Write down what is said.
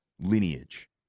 lineage